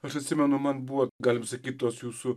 aš atsimenu man buvo galim sakyt tos jūsų